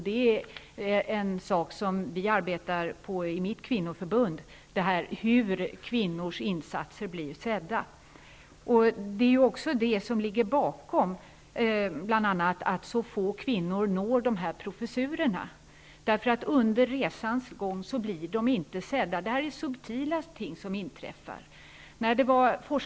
Det är en sak som vi arbetar med i mitt kvinnoförbund, hur kvinnors insatser blir sedda. Det är också det som ligger bakom det faktum att så få kvinnor når dessa professurer, därför att under resans gång blir de inte sedda. Det är subtila ting som inträffar.